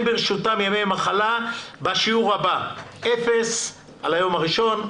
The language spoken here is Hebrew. ברשותם ימי מחלה בשיעור הבא: אפס על היום הראשון,